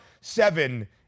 seven